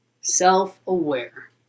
Self-aware